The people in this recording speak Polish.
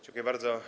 Dziękuję bardzo.